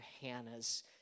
Hannah's